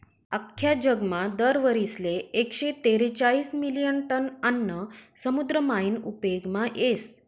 आख्खा जगमा दर वरीसले एकशे तेरेचायीस मिलियन टन आन्न समुद्र मायीन उपेगमा येस